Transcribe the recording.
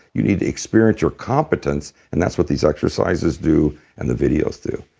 you need to experience your competence and that's what these exercises do and the videos do.